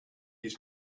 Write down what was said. his